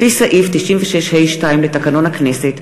לפי סעיף 96(ה)(2) לתקנון הכנסת,